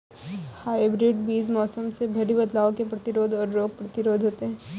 hybrid बीज मौसम में भारी बदलाव के प्रतिरोधी और रोग प्रतिरोधी होते हैं